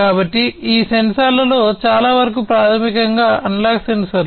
కాబట్టి ఈ సెన్సార్లలో చాలావరకు ప్రాథమికంగా అనలాగ్ సెన్సార్లు